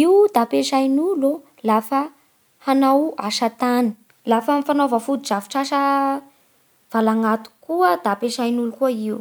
Io da ampiasan'olo lafa hanao asa tany, lafa fanaova fotodrafitr'asa valanatoky koa da ampiasan'olo koa io.